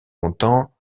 longtemps